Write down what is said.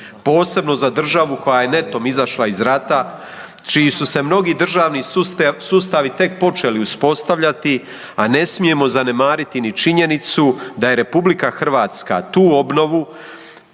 posebno za državu koja je netom izašla iz rata, čiji su se mnogi državni sustavi tek počeli uspostavljati, a ne smijemo zanemariti ni činjenicu da je RH tu obnovu